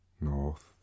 North